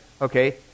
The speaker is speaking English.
Okay